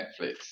netflix